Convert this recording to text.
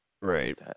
Right